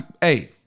hey